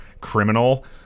criminal